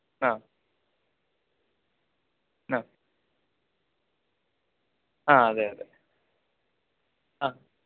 ആ ആ ആ അതെ അതെ ആ